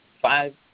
five